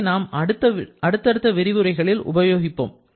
இதனை நாம் அடுத்தடுத்த விரிவுரைகளில் உபயோகிப்போம்